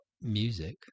music